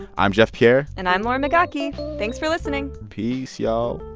i'm jeff pierre and i'm lauren migaki. thanks for listening peace, y'all